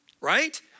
right